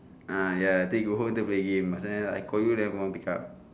ah ya think you go home go play game but I call you never want pick up